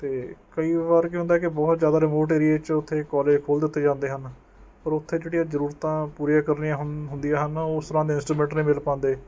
ਅਤੇ ਕਈ ਵਾਰ ਕੀ ਹੁੰਦਾ ਕਿ ਬਹੁਤ ਜ਼ਿਆਦਾ ਰਿਮੋਟ ਏਰੀਆ 'ਚ ਉਥੇ ਕਾਲਜ ਖੋਲ ਦਿੱਤੇ ਜਾਂਦੇ ਹਨ ਪਰ ਉਥੇ ਜਿਹੜੀਆਂ ਜ਼ਰੂਰਤਾਂ ਪੂਰੀਆਂ ਕਰਨੀਆਂ ਹੁੰਦੀਆਂ ਹਨ ਉਸ ਤਰ੍ਹਾਂ ਦੇ ਇੰਸਟਰੂਮੈਂਟ ਨਹੀਂ ਮਿਲ ਪਾਂਦੇ